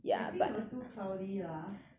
I think it was too cloudy lah